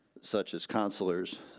such as counselors,